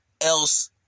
else